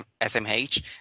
SMH